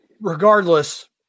regardless